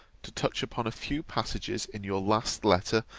to touch upon a few passages in your last letter,